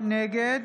נגד